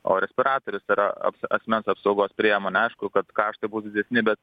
o respiratorius yra asmens apsaugos priemonė aišku kad kaštai bus didesni bet